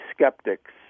skeptics